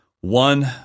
one